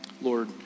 Lord